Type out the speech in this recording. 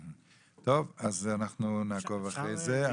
טוב, אז אנחנו נעקוב אחרי זה.